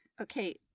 Okay